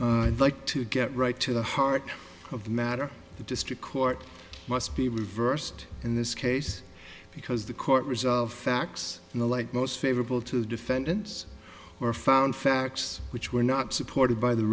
i'd like to get right to the heart of the matter the district court must be reversed in this case because the court resolved facts in the light most favorable to the defendants or found facts which were not supported by the